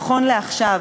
נכון לעכשיו,